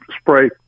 spray